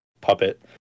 puppet